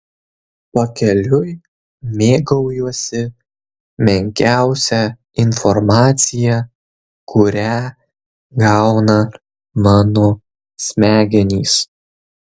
pakeliui mėgaujuosi menkiausia informacija kurią gauna mano smegenys